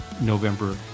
November